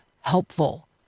helpful